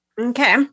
Okay